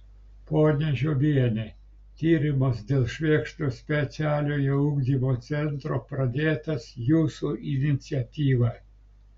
ponia žiobiene tyrimas dėl švėkšnos specialiojo ugdymo centro pradėtas jūsų iniciatyva